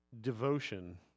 devotion